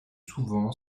souvent